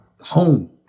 home